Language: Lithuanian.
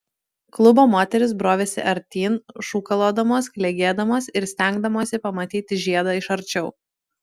klubo moterys brovėsi artyn šūkalodamos klegėdamos ir stengdamosi pamatyti žiedą iš arčiau